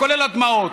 כולל הדמעות.